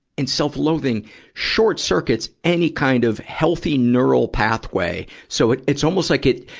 and self-loathing short-circuits any kind of healthy, neural pathway. so it, it's almost like it,